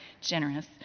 generous